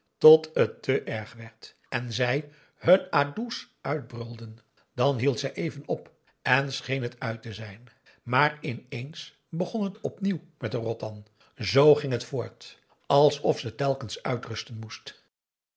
tot het te erg werd en zij hun adoes uitbrulden dan hield zij even op en scheen het uit te zijn maar ineens begon het opnieuw met de rotan z ging het voort alsof ze telkens uitrusten moest